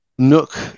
Nook